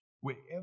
Wherever